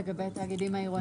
לגבי התאגידים העירוניים?